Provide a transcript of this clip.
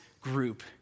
group